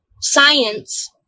science